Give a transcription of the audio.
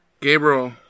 gabriel